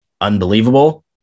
unbelievable